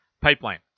pipeline